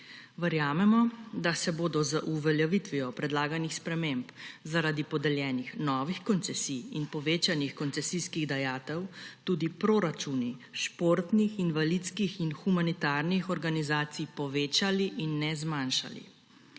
Verjamemo, da se bodo z uveljavitvijo predlaganih sprememb zaradi podeljenih novih koncesij in povečanih koncesijskih dajatev tudi proračuni športnih, invalidskih in humanitarnih organizacij povečali in ne zmanjšali.